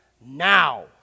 Now